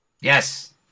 Yes